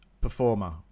performer